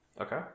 Okay